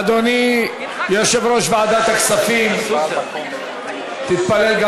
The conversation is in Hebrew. אדוני יושב-ראש ועדת הכספים, תתפלל גם